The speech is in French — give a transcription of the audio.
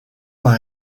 par